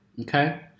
Okay